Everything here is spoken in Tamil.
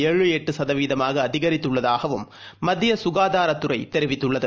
ஏழு எட்டுசதவீதமாகஅதிகரித்துள்ளதாகவும் மத்தியசுகாதாரத்துறைதெரிவித்துள்ளது